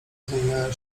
zmieniają